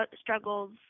struggles